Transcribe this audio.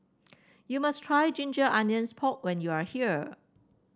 you must try Ginger Onions Pork when you are here